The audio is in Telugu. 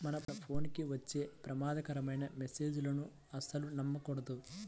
మన ఫోన్ కి వచ్చే ప్రమాదకరమైన మెస్సేజులను అస్సలు నమ్మకూడదు